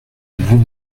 vous